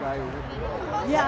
right yeah